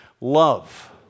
Love